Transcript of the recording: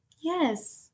Yes